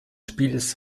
spiels